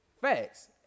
Facts